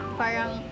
parang